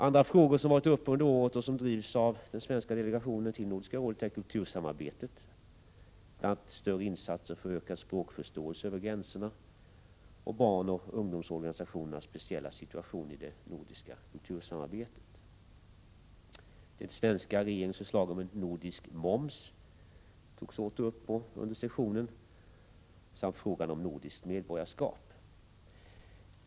Andra frågor som varit uppe under året och som drivs av den svenska delegationen till Nordiska rådet är kultursamarbetet — det gäller bl.a. större insatser för ökad språkförståelse över gränserna — och barnoch ungdomsorganisationernas speciella situation i det nordiska kultursamarbetet. Den svenska regeringens förslag om en nordisk moms togs åter upp under sessionen samt frågan om nordiskt medborgarskap.